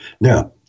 Now